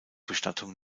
bestattung